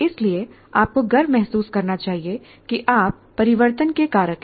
इसलिए आपको गर्व महसूस करना चाहिए कि आप परिवर्तन के कारक हैं